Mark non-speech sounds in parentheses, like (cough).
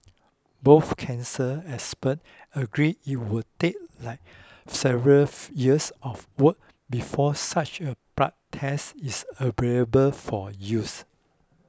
both cancer experts agree it will take (hesitation) several years of work before such a blood test is available for use